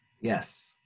Yes